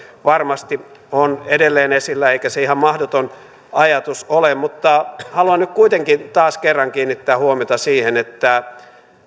varmasti on edelleen esillä eikä se ihan mahdoton ajatus ole mutta haluan nyt kuitenkin taas kerran kiinnittää huomiota siihen että